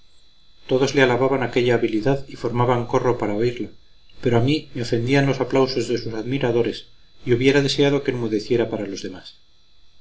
todos le alababan aquella habilidad y formaban corro para oírla pero a mí me ofendían los aplausos de sus admiradores y hubiera deseado que enmudeciera para los demás